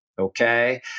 Okay